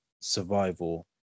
survival